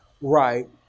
right